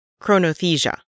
chronothesia